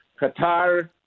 Qatar